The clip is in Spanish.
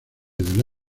del